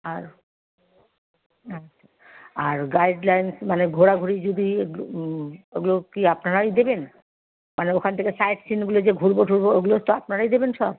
আর আচ্ছা আর গাইডলাইনস মানে ঘোরাঘুরি যদি ওগুলো কি আপনারাই দেবেন মানে ওখান থেকে সাইটসিইংগুলো যে ঘুরব ঠুরব ওগুলো তো আপনারাই দেবেন সব